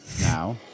Now